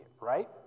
right